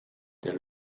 der